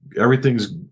everything's